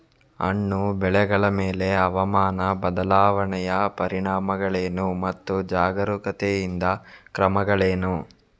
ಹಣ್ಣು ಬೆಳೆಗಳ ಮೇಲೆ ಹವಾಮಾನ ಬದಲಾವಣೆಯ ಪರಿಣಾಮಗಳೇನು ಮತ್ತು ಜಾಗರೂಕತೆಯಿಂದ ಕ್ರಮಗಳೇನು?